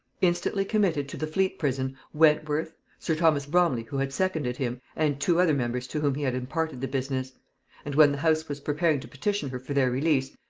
instantly committed to the fleet prison wentworth, sir thomas bromley who had seconded him, and two other members to whom he had imparted the business and when the house was preparing to petition her for their release,